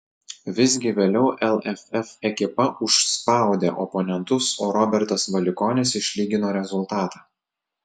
visgi vėliau lff ekipa užspaudė oponentus o robertas valikonis išlygino rezultatą